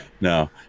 No